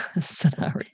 scenario